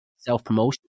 self-promotion